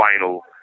final